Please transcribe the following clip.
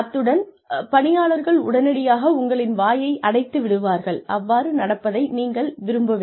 அத்துடன் பணியாளர்கள் உடனடியாக உங்களின் வாயை அடைத்து விடுவார்கள் அவ்வாறு நடப்பதை நீங்கள் விரும்பவில்லை